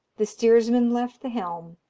the steersman left the helm,